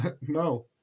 no